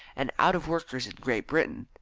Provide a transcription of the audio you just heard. and out-of-workers in great britain.